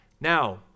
Now